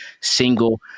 single